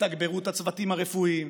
תתגברו את הצוותים הרפואיים,